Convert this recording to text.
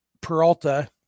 Peralta